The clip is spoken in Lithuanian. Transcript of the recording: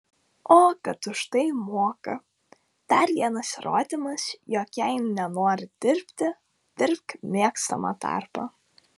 o kad už tai moka dar vienas įrodymas jog jei nenori dirbti dirbk mėgstamą darbą